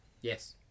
Yes